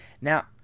Now